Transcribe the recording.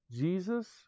Jesus